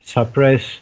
Suppress